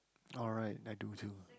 alright I do too